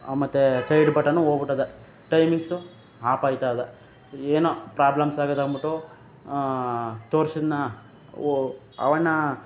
ಮತು side button ಹೋಗ್ಬಿಟದೆ timings ಆಫಾಯ್ತಾದ ಏನೊ ಪ್ರಾಬ್ಲಮ್ಸಾಗಿದೆ ಅಂದ್ಬಿಟ್ಟು ತೋರ್ಸಿದ್ನ ಒ ಆವಣ್ಣಾ